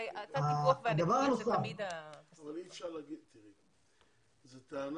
אבל אי אפשר להגיד, תראי, זו טענה